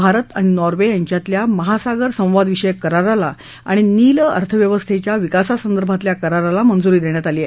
भारत आणि नॉर्वे यांच्यातल्या महासागर संवाद विषयक कराराला आणि नील अर्थव्यवस्थेच्या विकासासंदर्भातल्या कराराला मंजुरी देण्यात आली आहे